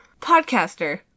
podcaster